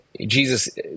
jesus